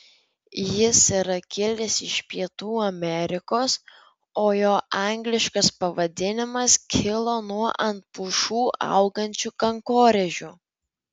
jis yra kilęs iš pietų amerikos o jo angliškas pavadinimas kilo nuo ant pušų augančių kankorėžių